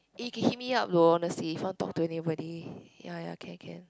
eh can hit me up lor honestly if I want talk to anybody ya ya can can